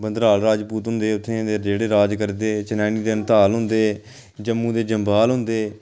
बंदराल राजपूत होंदे हे उत्थें दे ते जेह्ड़े राज करदे चनैह्नी दे अंताल होंदे जम्मू दे जम्वाल होंदे